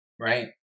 right